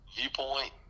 viewpoint